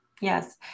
Yes